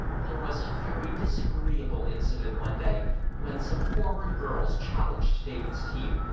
there was a very disagreeable incident one day when some forward girls challenged david's team,